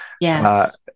yes